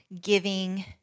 giving